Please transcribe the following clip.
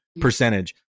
percentage